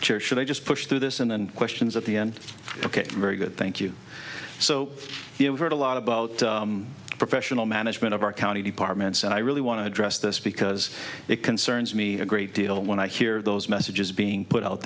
chair should i just push through this and questions at the end ok very good thank you so you have heard a lot about professional management of our county departments and i really want to address this because it concerns me a great deal when i hear those messages being put out